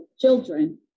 children